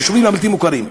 מהיישובים הבלתי-מוכרים.